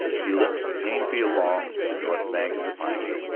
he limped painfully along the north bank of the piney,